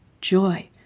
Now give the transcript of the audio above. joy